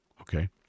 Okay